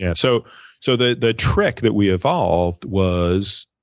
and so so the the trick that we evolved was